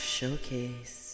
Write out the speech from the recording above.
Showcase